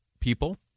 people